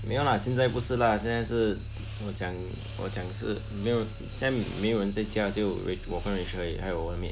没有 lah 现在不是 lah 现在是我讲我讲是没有现在没有人在家只有我跟 rachel 而已还有我的 maid